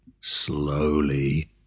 slowly